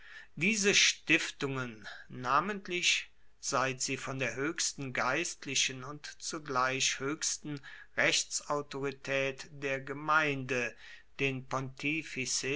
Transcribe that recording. diese stiftungen namentlich seit sie von der hoechsten geistlichen und zugleich hoechsten rechtsautoritaet der gemeinde den